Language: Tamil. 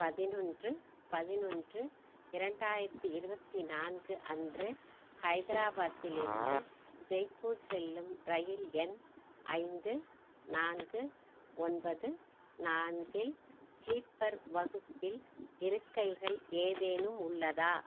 பதினொன்று பதினொன்று இரண்டாயிரத்தி இருபத்தி நான்கு அன்று ஹைதராபாத்திலிருந்து ஜெய்ப்பூர் செல்லும் ரயில் எண் ஐந்து நான்கு ஒன்பது நான்கில் ஸ்லீப்பர் வகுப்பில் இருக்கைகள் ஏதேனும் உள்ளதா